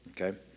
Okay